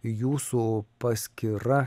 jūsų paskyra